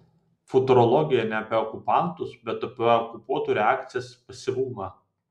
futurologija ne apie okupantus bet apie okupuotų reakcijas pasyvumą